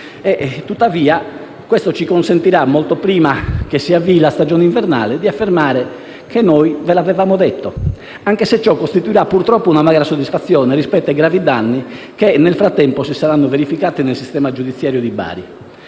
Questo ci consentirà però, molto prima che si avvii la stagione invernale, di affermare che ve l'avevamo detto, anche se ciò costituirà purtroppo un'amara soddisfazione rispetto ai gravi danni che nel frattempo si saranno verificati nel sistema giudiziario di Bari.